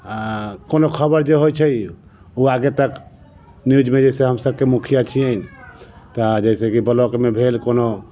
कोनो खबर जे होइ छै ओ आगे तक न्यूजमे जइसे हम सभके मुखिया छियनि तऽ जइसे कि ब्लॉकमे भेल कोनो